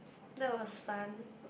that was fun